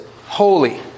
holy